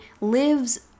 lives